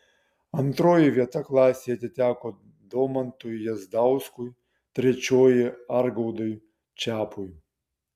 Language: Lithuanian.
antroji vieta klasėje atiteko domantui jazdauskui trečioji argaudui čepui